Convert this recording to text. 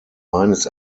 meines